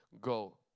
go